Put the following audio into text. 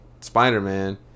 Spider-Man